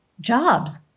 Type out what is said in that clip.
jobs